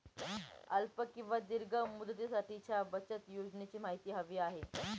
अल्प किंवा दीर्घ मुदतीसाठीच्या बचत योजनेची माहिती हवी आहे